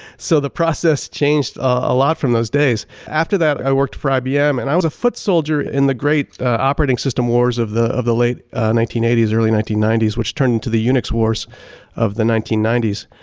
so the process changed a lot from those days. after that, i worked for ibm, and i was a foot soldier in the great operating system wars of the of the late nineteen eighty s, early nineteen ninety s which turned into the unix wars of the nineteen ninety s.